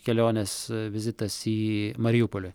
kelionės vizitas į mariupolį